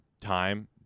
time